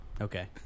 Okay